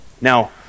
Now